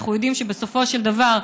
אנחנו יודעים שבסופו של דבר,